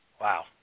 Wow